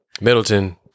Middleton